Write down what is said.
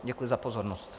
Děkuji za pozornost.